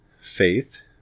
faith